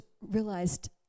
realized